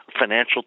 financial